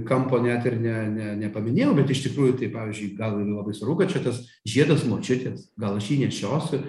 kampo net ir ne ne nepaminėjau bet iš tikrųjų tai pavyzdžiui gal yra labai svarbu kad čia tas žiedas močiutės gal aš jį nešiosiu